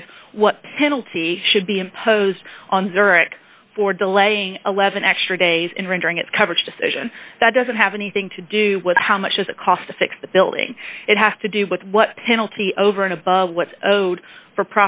is what penalty should be imposed on zurich for delaying eleven extra days in rendering its coverage decision that doesn't have anything to do with how much is the cost to fix the building it has to do with what penalty over and above what owed for